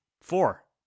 Four